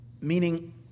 meaning